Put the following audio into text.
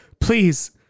please